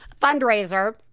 fundraiser